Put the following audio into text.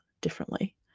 differently